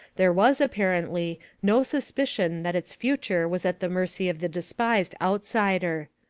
there was, apparently, no suspicion that its future was at the mercy of the despised outsider.